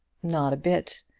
not a bit.